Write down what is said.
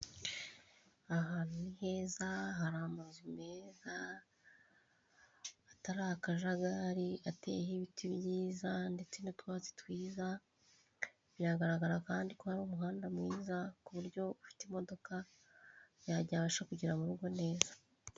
Aha hantu ni heza, hari amazu meza, hatari akajagari, ateyeho ibiti byiza ndetse n'utwatsi twiza, biragaragara kandi ko hari umuhanda mwiza ku buryo ufite imodoka yabasha kugera mu rugo neza.